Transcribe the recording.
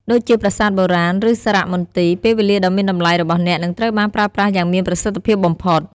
ដូចជាប្រាសាទបុរាណ ឬសារមន្ទីរ ពេលវេលាដ៏មានតម្លៃរបស់អ្នកនឹងត្រូវបានប្រើប្រាស់យ៉ាងមានប្រសិទ្ធភាពបំផុត។